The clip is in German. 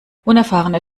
unerfahrene